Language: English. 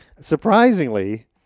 Surprisingly